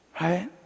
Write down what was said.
right